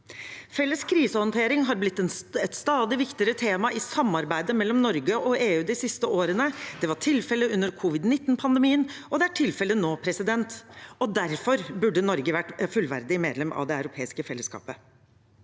Felles krisehåndtering har blitt et stadig viktigere tema i samarbeidet mellom Norge og EU de siste årene. Det var tilfellet under covid-19-pandemien, og det er tilfellet nå. Derfor burde Norge vært fullverdig medlem av det europeiske fellesskapet.